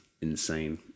insane